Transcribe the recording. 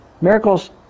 miracles